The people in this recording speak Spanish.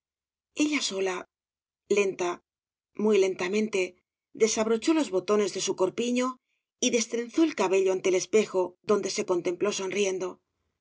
ella sola lenta muy lentamente desabrochó los botones de su corpino y destrenzó el cabello ante el espejo donde se contempló sonriendo